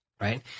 right